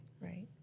Right